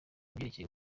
byerekeye